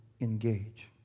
engage